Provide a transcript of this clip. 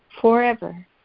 forever